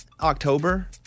October